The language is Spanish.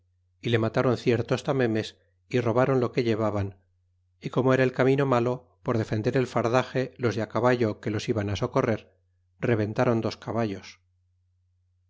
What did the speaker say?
y le mataron ciertos tamemes y robaron lo que llevaban y como era el camino malo por defender el ihrdaje los de á caballo que los iban a socorrer rebentáron dos caballos